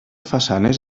façanes